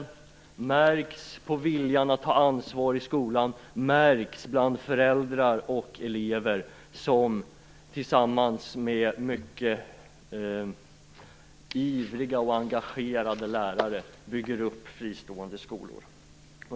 De märks på viljan att ta ansvar i skolan, bland föräldrar och elever som tillsammans med mycket ivriga och engagerade lärare bygger upp fristående skolor.